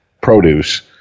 produce